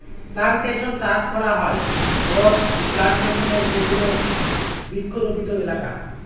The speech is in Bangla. প্লানটেশন চাষ করা হয় বড়ো প্লানটেশনে যেগুলো বৃক্ষরোপিত এলাকা